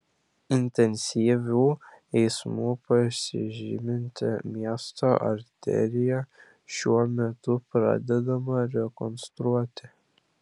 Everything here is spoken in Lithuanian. intensyviu eismu pasižyminti miesto arterija šiuo metu pradedama rekonstruoti